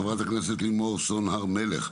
חברת הכנסת לימור סון הר מלך,